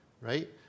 Right